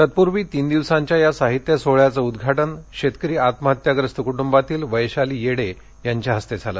तत्पूर्वी तीन दिवसांच्या या साहित्य सोहळ्याचं उद्वाटन शेतकरी आत्महत्याग्रस्त कुटुंबातील वैशाली येडे यांच्या हस्ते झालं